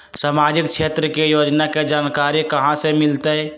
सामाजिक क्षेत्र के योजना के जानकारी कहाँ से मिलतै?